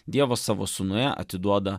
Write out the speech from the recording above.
dievas savo sūnuje atiduoda